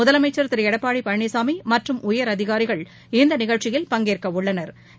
முதலமைச்சர் திருளடப்பாடிபழனிசாமிமற்றும் உயரதிகாரிகள் இந்தநிகழ்ச்சியில் பங்கேற்கவுள்ளனா்